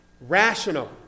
rational